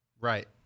Right